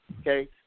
Okay